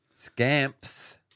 scamps